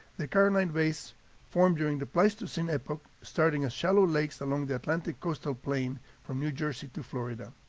the carolina bays formed during the pleistocene epoch starting as shallow lakes along the atlantic coastal plain from new jersey to florida.